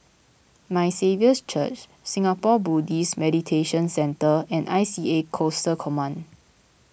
My Saviour's Church Singapore Buddhist Meditation Centre and I C A Coastal Command